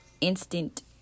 instant